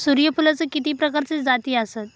सूर्यफूलाचे किती प्रकारचे जाती आसत?